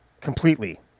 Completely